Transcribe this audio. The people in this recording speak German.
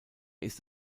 ist